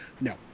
no